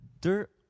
dirt